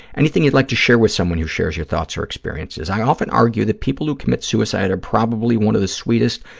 anything you'd like to share with someone who shares your thoughts or experiences? i often argue that people who commit suicide are probably one of the sweetest,